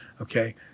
okay